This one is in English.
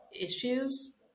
issues